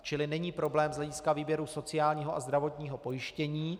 Čili není problém z hlediska výběru sociálního a zdravotního pojištění.